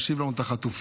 ישיב לנו את החטופים,